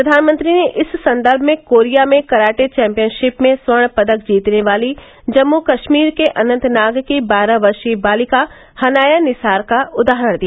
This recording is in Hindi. प्रधानमंत्री ने इस संदर्म में कोरिया में कराटे चैम्पियनशिप में स्वर्ण पदक जीतने वाली जम्मू कश्मीर के अनन्तनाग की बारह वर्षीय बालिका हनाया निसार का उदाहरण दिया